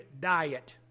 diet